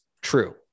true